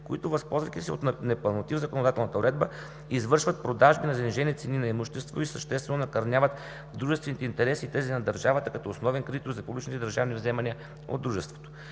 които, възползвайки се от непълноти в законодателната уредба, извършват продажби на занижени цени на имущество и съществено накърняват дружествените интереси и тези на държавата като основен кредитор за публични и държавни вземания от Дружеството.